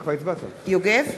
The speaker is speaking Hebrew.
בעד, 22,